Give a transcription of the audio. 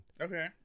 okay